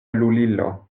lulilo